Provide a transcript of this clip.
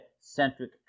centric